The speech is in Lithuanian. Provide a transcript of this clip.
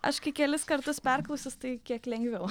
aš kai kelis kartus perklausius tai kiek lengviau